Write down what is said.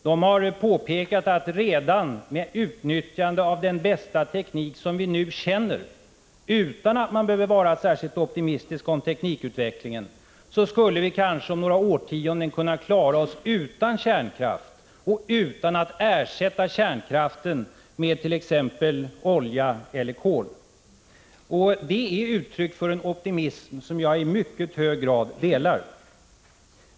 De har påpekat att redan med utnyttjande av den bästa teknik som vi nu känner 109 till och utan att man behöver vara särskilt optimistisk om teknikutvecklingen, skulle vi kanske om några årtionden kunna klara oss utan kärnkraft och utan att ersätta kärnkraften med t.ex. olja eller kol. Det är uttryck för en optimism som jag i mycket hög grad delar.